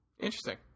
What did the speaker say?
Interesting